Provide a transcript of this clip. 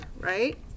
right